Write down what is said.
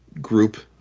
group